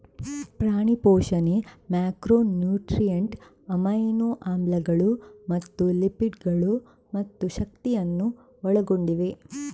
ಪ್ರಾಣಿ ಪೋಷಣೆ macro nutrient, amino ಆಮ್ಲಗಳು ಮತ್ತು ಲಿಪಿಡ್ ಗಳು ಮತ್ತು ಶಕ್ತಿಯನ್ನು ಒಳಗೊಂಡಿವೆ